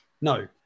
No